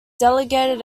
delegated